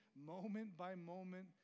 moment-by-moment